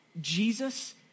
Jesus